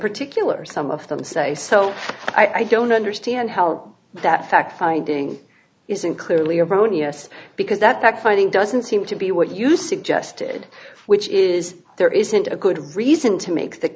particular some of them say so i don't understand how that fact finding isn't clearly erroneous because that fact finding doesn't seem to be what you suggested which is there isn't a good reason to make the